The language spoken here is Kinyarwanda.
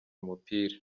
umupira